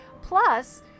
Plus